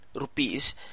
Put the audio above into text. rupees